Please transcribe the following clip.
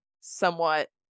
somewhat